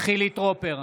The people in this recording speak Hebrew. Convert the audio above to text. חילי טרופר,